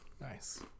Nice